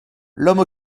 l’homme